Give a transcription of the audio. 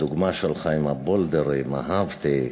הדוגמה שלך עם ההולדרים, אהבתי.